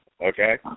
Okay